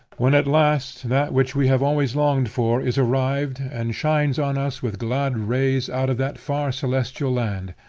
when at last that which we have always longed for is arrived and shines on us with glad rays out of that far celestial land,